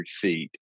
feet